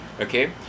Okay